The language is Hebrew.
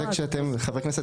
אבל לכם הרשיתי כחברי כנסת.